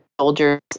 soldiers